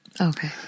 Okay